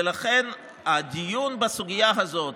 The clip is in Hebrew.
ולכן הדיון בסוגיה הזאת,